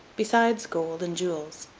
besides gold and jewels.